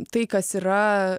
tai kas yra